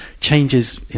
changes